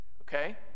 Okay